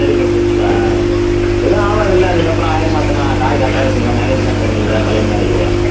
சரிப்பா சரிப்பா எதுவும் ஆகாதுல்ல அதுக்கப்பறம் ஆயில் மாத்தினா கார் கரெக்டாக இருக்குமில்ல மைலேஜ்லாம் தரும்ல பழைய மாதிரியே